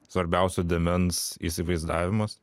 svarbiausio dėmens įsivaizdavimas